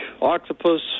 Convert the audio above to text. octopus